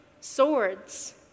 swords